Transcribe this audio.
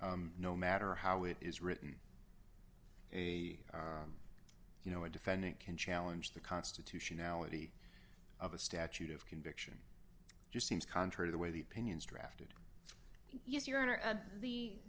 no matter how it is written a you know a defendant can challenge the constitutionality of a statute of conviction just seems contrary the way the opinions drafted yes your honor and the